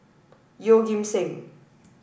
Yeoh Ghim Seng